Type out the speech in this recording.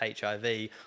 HIV